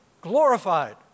glorified